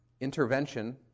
intervention